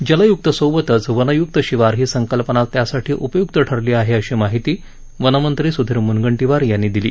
जलय्क्त सोबतच वनय्क्त शिवार ही संकल्पना त्यासाठी उपय्क्त ठरली आहे अशी माहिती वनमंत्री सुधीर मुनगंटीवर यांनी दिली